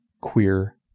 queer